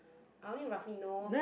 I only roughly know